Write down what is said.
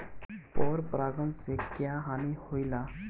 पर परागण से क्या हानि होईला?